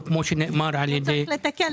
כמו שנאמר על ידי --- לא צריך לתקן,